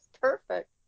perfect